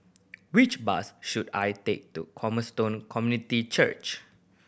which bus should I take to Cornerstone Community Church